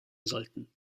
sollten